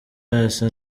wese